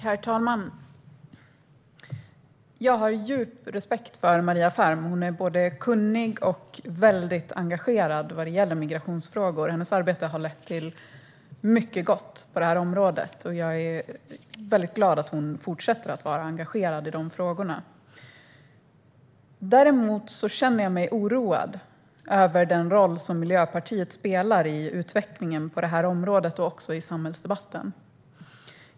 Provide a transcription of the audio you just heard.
Herr talman! Jag har djup respekt för Maria Ferm. Hon är både kunnig och väldigt engagerad i migrationsfrågor. Hennes arbete har lett till mycket gott på området. Jag är glad att hon fortsätter att vara engagerad i de frågorna. Däremot känner jag mig oroad över den roll som Miljöpartiet spelar i utvecklingen på området och också i samhällsdebatten.